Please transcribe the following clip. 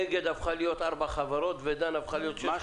אגד הפכה להיות ארבע חברות ו-דן הפכה להיות שש חברות.